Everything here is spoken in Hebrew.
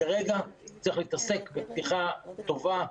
כרגע צריך להתעסק בפתיחה טובה,